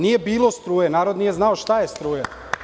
Nije bilo struje, narod nije znao šta je struja.